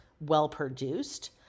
well-produced